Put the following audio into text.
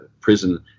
prison